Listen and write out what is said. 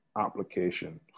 application